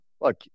look